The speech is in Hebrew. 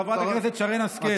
חברת הכנסת שרן השכל,